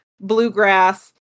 bluegrass